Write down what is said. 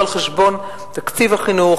לא על חשבון תקציב החינוך,